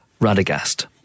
Radagast